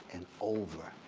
and over,